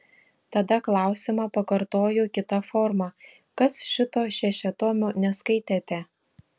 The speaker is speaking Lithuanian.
tada klausimą pakartoju kita forma kas šito šešiatomio neskaitėte